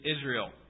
Israel